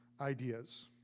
ideas